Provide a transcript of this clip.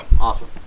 Awesome